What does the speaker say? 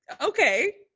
okay